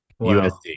USD